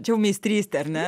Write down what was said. čia jau meistrystė ar ne